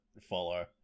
follow